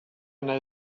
know